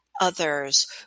others